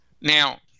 Now